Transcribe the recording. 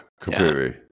completely